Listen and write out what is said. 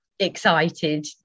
excited